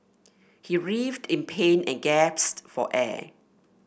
he writhed in pain and gasped for air